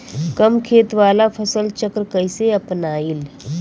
कम खेत वाला फसल चक्र कइसे अपनाइल?